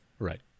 Right